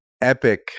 epic